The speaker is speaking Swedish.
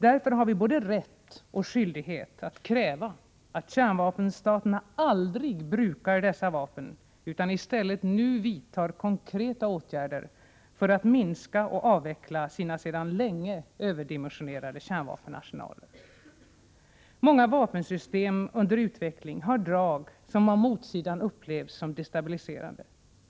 Därför har vi både rätt och skyldighet att kräva att kärnvapenstaterna aldrig brukar dessa vapen utan i stället genast vidtar konkreta åtgärder för att minska och avveckla sina sedan länge överdimensionerade kärnvapenarsenaler. Många vapensystem under utveckling har drag som av motsidan upplevs som destabiliserade.